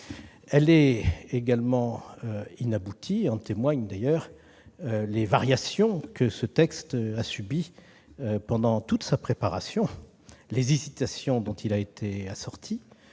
est également inaboutie. En témoignent d'ailleurs les variations que ce texte a subies pendant toute sa préparation et les hésitations dont il a été assorti.